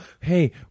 hey